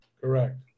Correct